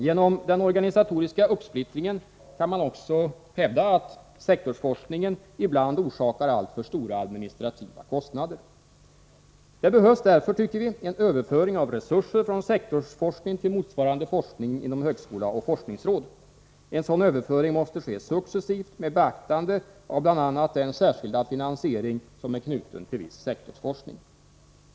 Genom den organisatoriska uppsplittringen kan man också hävda att sektorsforskningen orsakar alltför stora administrativa kostnader. Det behövs därför, tycker vi, en överföring av resurser från sektorsforskning till motsvarande forskning inom högskola och forskningsråd. En sådan överföring måste ske successivt med beaktande av bl.a. den särskilda finansiering som är knuten till viss sektorsforskning.